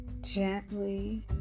Gently